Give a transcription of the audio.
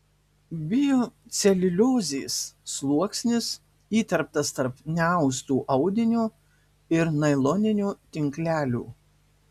bioceliuliozės sluoksnis įterptas tarp neausto audinio ir nailoninio tinklelio